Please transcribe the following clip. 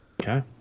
Okay